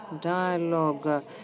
dialogue